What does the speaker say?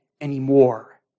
anymore